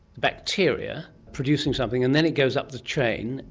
bacteria producing something, and then it goes up the chain,